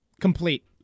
complete